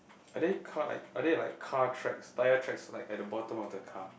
are they car like are there like car tracks tyre tracks like at the bottom of the car